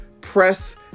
press